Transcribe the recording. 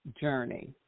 journey